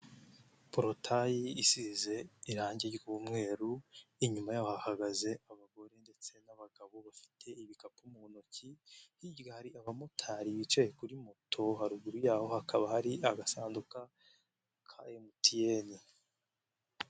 Porotayi isize irangi ry'umweru, inyuma yaho hahagaze abagore ndetse n'abagabo bafite ibikapu mu ntoki, hirya hari abamotari bicaye kuri moto, haruguru yaho hakaba hari agasanduku ka MTN.